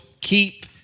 keep